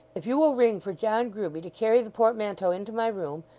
if you will ring for john grueby to carry the portmanteau into my room,